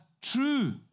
true